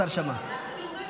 השר שמע.